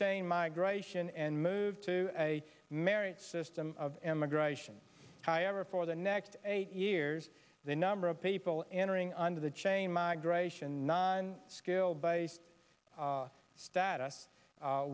chain migration and move to a merit system of immigration however for the next eight years the number of people entering under the chain migration non skilled by status